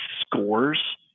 scores